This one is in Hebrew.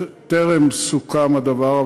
טרם סוכם הדבר,